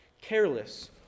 careless